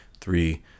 three